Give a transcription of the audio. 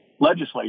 legislature